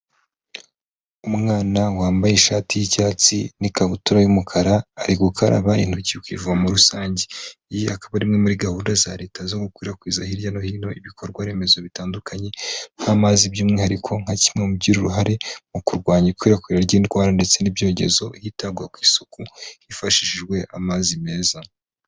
Umwana wambaye ishati y'icyatsi n'ikabutura y'umukara arigukaraba intoki ku ivomo rusange. Iyi akaba ari imwe muri gahunda za Leta zo gukwirakwiza hirya no hino ibikorwa remezo bitandukanye, nk'amazi by'umwihariko nka kimwe mu bigira uruhare mu kurwanya ikwirakwira ry'indwara ndetse n'ibyogezo hitabwa ku isuku. Hifashishijwe amazi meza.